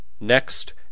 Next